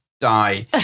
die